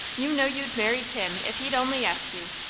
you know you'd marry tim if he'd only ask you.